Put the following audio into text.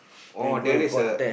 oh there is a